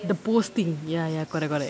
the posting ya ya correct correct